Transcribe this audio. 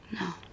No